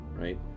right